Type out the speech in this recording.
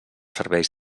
serveis